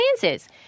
chances